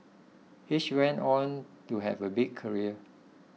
each went on to have a big career